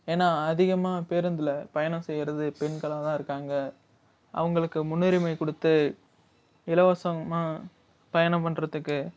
ஏன்னா அதிகமாக பேருந்தில் பயணம் செய்யறது பெண்களாக தான் இருக்காங்க அவங்களுக்கு முன்னுரிமை கொடுத்து இலவசமாக பயணம் பண்ணுறதுக்கு